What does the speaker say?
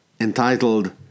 entitled